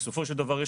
בסופו של דבר,